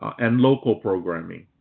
and local programming.